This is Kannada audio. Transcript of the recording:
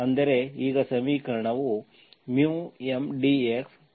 ಅಂದರೆ ಈಗ ಸಮೀಕರಣವು μ Mdxμ N dy0 ಆಗುತ್ತದೆ